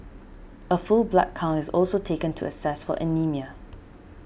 a full blood count is also taken to assess for anaemia